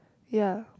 ya